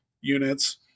units